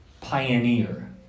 pioneer